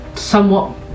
somewhat